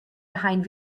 behind